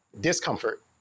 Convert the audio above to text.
discomfort